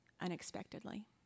unexpectedly